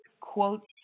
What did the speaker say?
quotes